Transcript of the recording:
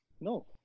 No